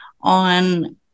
on